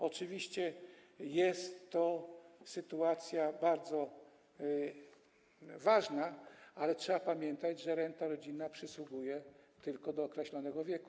Oczywiście jest to sytuacja bardzo ważna, ale trzeba pamiętać, że renta rodzinna przysługuje tylko do określonego wieku.